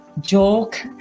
joke